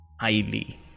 highly